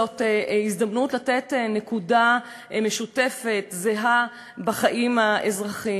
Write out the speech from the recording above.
זאת הזדמנות לתת נקודה משותפת זהה בחיים האזרחיים.